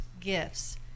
gifts